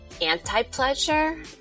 anti-pleasure